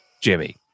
Jimmy